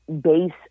base